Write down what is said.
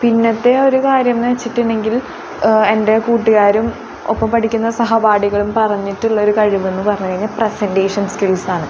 പിന്നത്തെ ഒരു കാര്യം എന്ന് വെച്ചിട്ടുണ്ടെങ്കിൽ എൻ്റെ കൂട്ടുകാരും ഒപ്പം പഠിക്കുന്ന സഹപാഠികളും പറഞ്ഞിട്ടുള്ളൊരു കഴിവെന്ന് പറഞ്ഞ് കഴിഞ്ഞാൽ പ്രസൻറ്റേഷൻ സ്കിൽസ് ആണ്